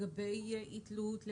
אי תלות,